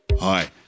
Hi